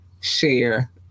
share